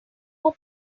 more